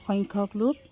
সংখ্যক লোক